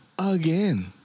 Again